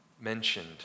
mentioned